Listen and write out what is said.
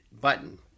button